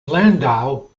landau